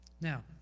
Now